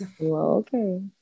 Okay